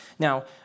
Now